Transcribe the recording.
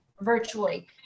virtually